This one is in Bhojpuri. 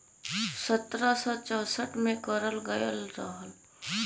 सत्रह सौ चौंसठ में करल गयल रहल